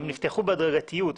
הם נפתחו בהדרגתיות.